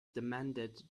demanded